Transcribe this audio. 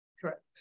Correct